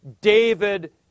David